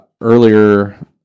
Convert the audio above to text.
earlier